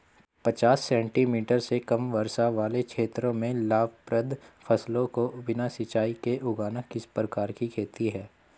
पचास सेंटीमीटर से कम वर्षा वाले क्षेत्रों में लाभप्रद फसलों को बिना सिंचाई के उगाना किस प्रकार की खेती है?